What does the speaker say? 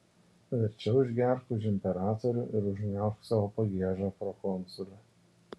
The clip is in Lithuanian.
verčiau išgerk už imperatorių ir užgniaužk savo pagiežą prokonsule